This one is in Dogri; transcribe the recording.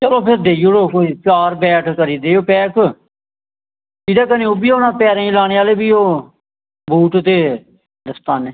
चलो तुस देई ओड़ेओ कोई चार बैग करी ओड़ेओ पैक एह्दे कन्नै ओह्बी होना पैरें ई लानै आह्ले ओह् बूद दे दस्ताने